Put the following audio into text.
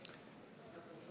מיקי